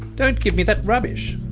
don't give me that rubbish.